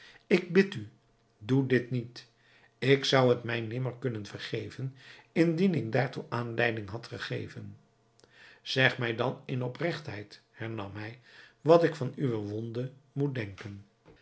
ik bid u doe dit niet ik zou het mij nimmer kunnen vergeven indien ik daartoe aanleiding had gegeven zeg mij dan in opregtheid hernam hij wat ik van uwe wonde moet denken